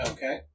Okay